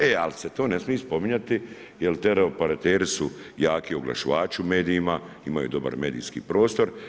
E, al se to ne smije spominjati jer teleoperateri su jaki oglašivači u medijima, imaju dobar medijski prostor.